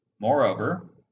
Moreover